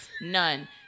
None